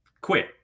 quit